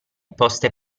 poste